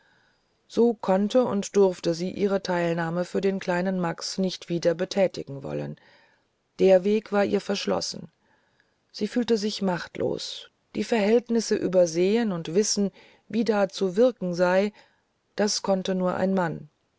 so konnte und durfte sie ihre teilnahme für den kleinen max nicht wieder bethätigen wollen der weg war ihr verschlossen sie fühlte sich machtlos die verhältnisse übersehen und wissen wie da zu wirken sei das konnte nur ein mann